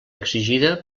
exigida